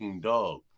dog